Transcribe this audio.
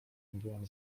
byłam